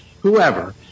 whoever